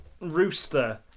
rooster